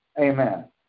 Amen